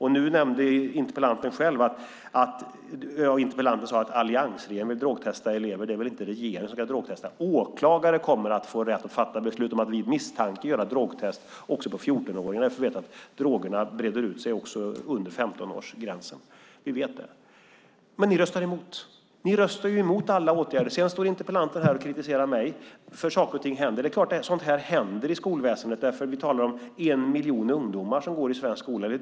Nu sade interpellanten att alliansregeringen vill drogtesta elever. Det är väl inte regeringen som ska drogtesta? Åklagare kommer att få rätt att fatta beslut om att vid misstanke göra drogtest också på 14-åringar. Vi vet nämligen att drogerna breder ut sig, också under 15-årsgränsen. Vi vet det. Men ni röstar emot. Ni röstar emot alla åtgärder. Sedan står interpellanten här och kritiserar mig för att saker och ting händer. Det är klart att sådant här händer i skolväsendet. Det är drygt en miljon ungdomar som går i svensk skola.